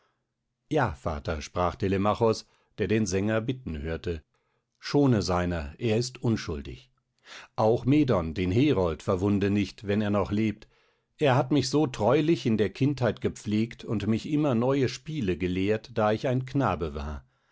ja vater sprach telemachos der den sänger bitten hörte schone seiner er ist unschuldig auch medon den herold verwunde nicht wenn er noch lebt er hat mich so treulich in der kindheit gepflegt und mich immer neue spiele gelehrt da ich ein knabe war